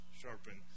sharpen